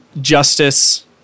justice